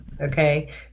Okay